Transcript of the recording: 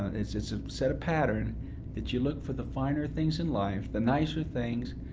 it set so set a pattern that you look for the finer things in life, the nicer things,